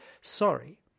sorry